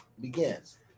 begins